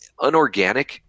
unorganic